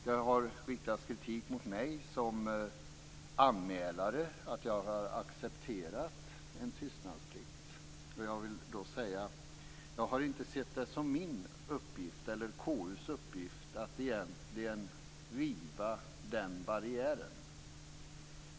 Det har riktats kritik mot mig som anmälare för att jag har accepterat tystnadsplikt men jag har inte sett det som min eller KU:s uppgift att egentligen riva den barriären.